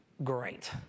Great